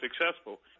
successful